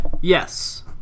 Yes